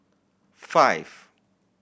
five